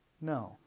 No